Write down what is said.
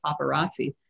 paparazzi